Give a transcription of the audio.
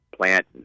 plant